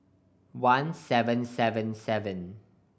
one seven seven seven